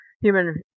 human